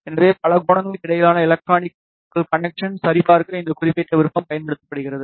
எனவே பலகோணங்களுக்கு இடையிலான எலக்ரானிகல் கனெக்சன் சரிபார்க்க இந்த குறிப்பிட்ட விருப்பம் பயன்படுத்தப்படுகிறது